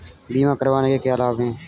बीमा करवाने के क्या क्या लाभ हैं?